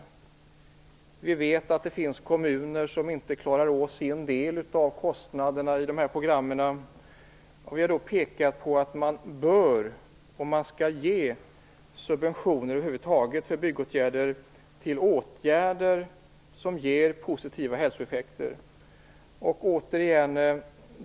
Vi vet att det finns kommuner som inte klarar av sin del av kostnaderna i dessa program. Vi har pekat på att man, om man över huvud taget skall ge subventioner för byggåtgärder, bör ge dem till åtgärder som ger positiva hälsoeffekter.